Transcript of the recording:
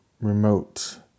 remote